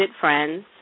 Friends